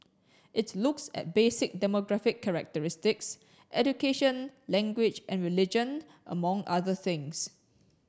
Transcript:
it looks at basic demographic characteristics education language and religion among other things